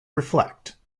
reflect